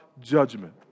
judgment